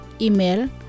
Email